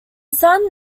sun